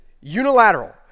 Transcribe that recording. unilateral